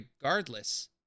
regardless